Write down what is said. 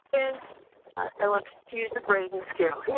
and and let's use the braden scale.